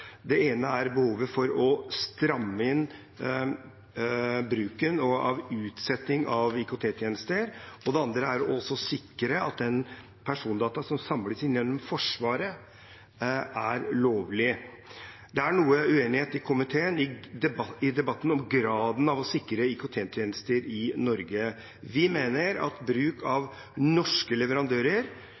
Det ene er behovet for å stramme inn bruken av utsetting av IKT-tjenester. Det andre er å sikre at innsamlingen av persondata gjennom Forsvaret er lovlig. Det er noe uenighet i komiteen i debatten om graden av å sikre IKT-tjenester i Norge. Vi mener at bruk av norske leverandører